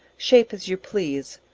shape as you please,